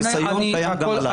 חיסיון קיים גם עליי.